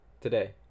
Today